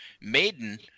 Maiden